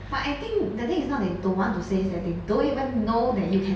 but I think the thing is not that they don't want to say is that they don't even know that you can